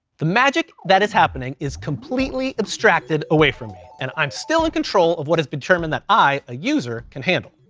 the magic that is happening is completely abstracted away from me, and i'm still in control of what has been determined, that i, a user, can handle.